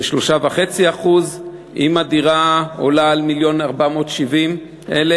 3.5% אם הדירה עולה יותר ממיליון ו-470,000,